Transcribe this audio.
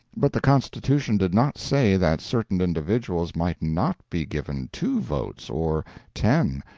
but the constitution did not say that certain individuals might not be given two votes, or ten!